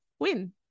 win